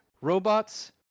robots